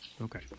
okay